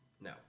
no